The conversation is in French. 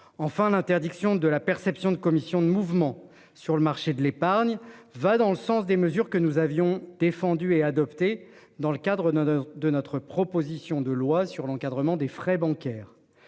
Enfin, l'interdiction de la perception de commissions de mouvement sur le marché de l'épargne va dans le sens des mesures que nous avions défendu et adopté dans le cadre honneur de notre proposition de loi sur l'encadrement des frais bancaires.